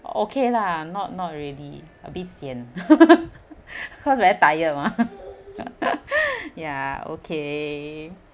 okay lah not not really a bit sian because very tired mah ya okay